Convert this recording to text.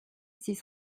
six